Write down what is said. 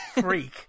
freak